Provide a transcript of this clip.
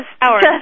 hours